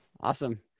Awesome